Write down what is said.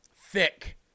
thick